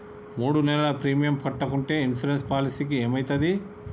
మూడు నెలలు ప్రీమియం కట్టకుంటే ఇన్సూరెన్స్ పాలసీకి ఏమైతది?